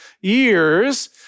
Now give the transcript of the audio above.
years